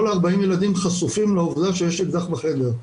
ה-40 ילדים חשופים לעובדה שיש אקדח בחדר.